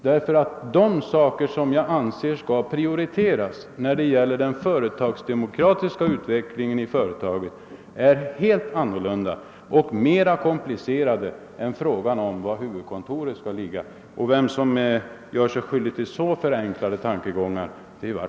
De förhållanden som jag anser skall prioriteras när det gäller den företagsdemokratiska utvecklingen är nämligen helt andra och mera komplicerade än frågan om var huvudkontoret skall ligga. Det är i varje fall inte jag som gör mig skyldig till så enkla tankegångar.